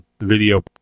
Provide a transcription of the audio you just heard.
video